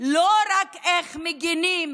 לא רק איך מגינים